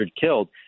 killed